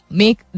make